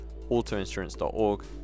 autoinsurance.org